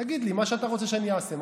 תגיד לי מה שאתה רוצה שאני אעשה.